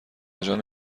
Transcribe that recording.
جان